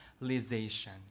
realization